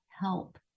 help